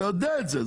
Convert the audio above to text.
אתה יודע את זה.